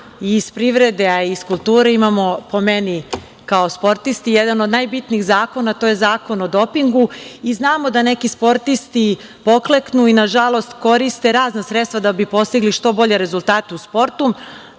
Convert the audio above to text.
iz privrede, iz kulture, imamo, po meni, kao sportisti, jedan od najbitnijih zakona, a to je Zakon o dopingu i znamo da neki sportisti pokleknu i nažalost koriste razna sredstva da bi postigli što bolje rezultate u sportu,